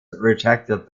rejected